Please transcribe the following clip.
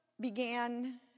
began